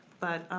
but